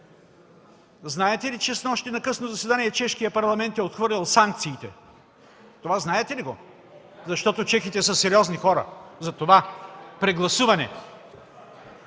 Знаете ли, че снощи на късно заседание чешкият парламент е отхвърлил санкциите? Това знаете ли го? Защото чехите са сериозни хора, затова. Прегласуване!